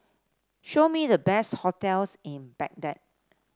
show me the best hotels in Baghdad